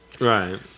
Right